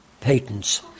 patents